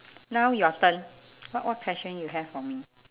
now your turn what what question you have for me